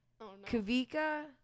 Kavika